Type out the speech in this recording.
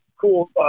cool